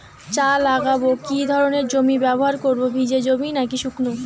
চা লাগাবো কি ধরনের জমি ব্যবহার করব ভিজে জমি নাকি শুকনো?